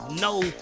no